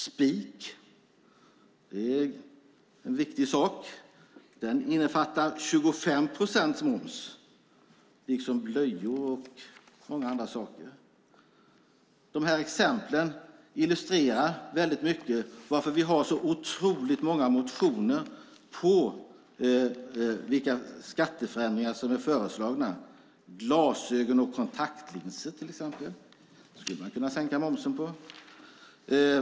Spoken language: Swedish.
Spik - också en viktig sak - innefattar 25 procents moms. Det är likadant med blöjor och många andra saker. Dessa exempel illustrerar varför vi har så otroligt många motioner om skatteförändringar. Glasögon och kontaktlinser skulle man till exempel kunna sänka momsen på.